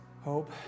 Hope